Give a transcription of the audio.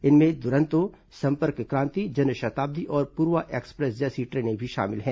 इनमें दुरंतो संपर्क क्रांति जनशताब्दी और पूर्वा एक्सप्रेस जैसी ट्रेनें भी शामिल हैं